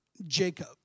Jacob